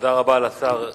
תודה רבה לשר ארדן.